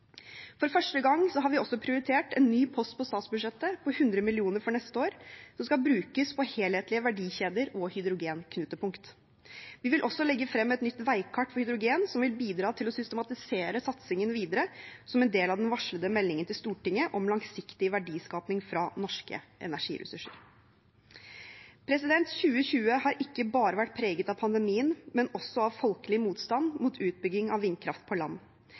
For første gang har vi også prioritert en ny post på statsbudsjettet på 100 mill. kr for neste år som skal brukes på helhetlige verdikjeder og hydrogrenknutepunkt. Vi vil også legge frem et nytt veikart for hydrogen som vil bidra til å systematisere satsingen videre som en del av den varslede meldingen til Stortinget om langsiktig verdiskaping fra norske energiressurser. 2020 har ikke bare vært preget av pandemien, men også av folkelig motstand mot utbygging av vindkraft på land.